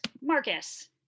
Marcus